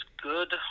good